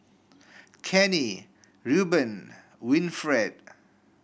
Kenney Rueben Winfred